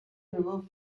river